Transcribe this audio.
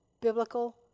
biblical